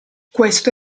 questo